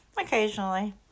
occasionally